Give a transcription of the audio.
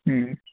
ह्म्